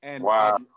Wow